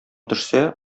төшсә